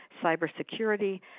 Cybersecurity